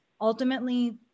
ultimately